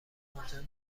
آنجا